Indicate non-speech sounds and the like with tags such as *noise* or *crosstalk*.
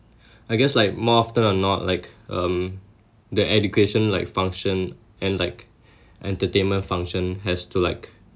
I guess like more often then not like um the education like function and like *breath* entertainment function has to like